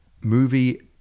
movie